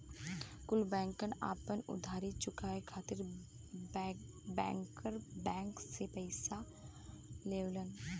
कुल बैंकन आपन उधारी चुकाये खातिर बैंकर बैंक से पइसा लेवलन